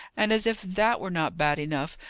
and, as if that were not bad enough,